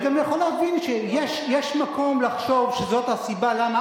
אני גם יכול להבין שיש מקום לחשוב שזאת הסיבה למה